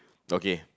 okay